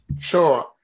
Sure